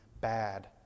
bad